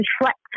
Reflect